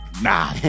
Nah